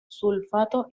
sulfato